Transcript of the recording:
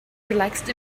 relaxed